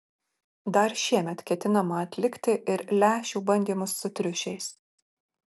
dar šiemet ketinama atlikti ir lęšių bandymus su triušiais